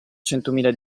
centomila